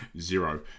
zero